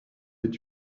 est